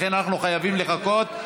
לכן אנחנו חייבים לחכות.